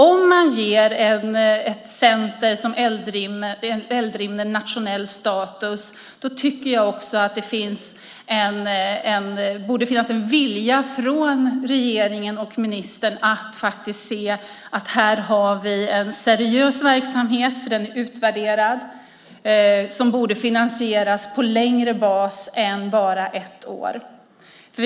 Om man ger ett centrum som Eldrimner nationell status, tycker jag att det borde finnas en vilja från regeringen och ministern att se att vi här har en seriös verksamhet som är utvärderad och borde finansieras på längre bas än bara ett år.